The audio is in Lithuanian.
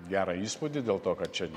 gerą įspūdį dėl to kad čia